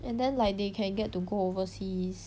and then like they can get to go overseas